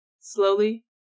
Slowly